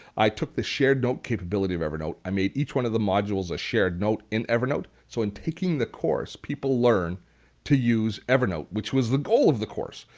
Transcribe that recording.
i took the shared note capability of evernote, i made each one of the modules a shared note in evernote so in taking the course, people to use evernote which was the goal of the course.